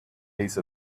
piece